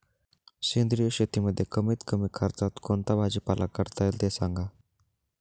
सेंद्रिय शेतीमध्ये कमीत कमी खर्चात कोणता भाजीपाला करता येईल ते सांगा